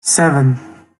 seven